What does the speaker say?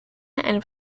and